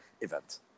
event